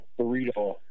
burrito